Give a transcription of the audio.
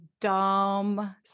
dumb